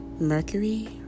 Mercury